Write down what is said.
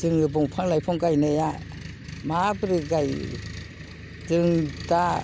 जोङो दंफां लाइफां गायनाया माबोरै गाययो जों दा